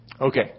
Okay